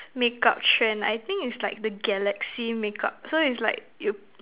makeup trend I think is like the Galaxy makeup so is like you